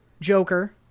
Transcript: Joker